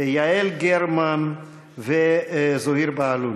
יעל גרמן וזוהיר בהלול.